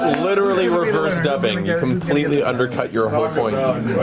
literally reverse dubbing. you completely undercut your whole point.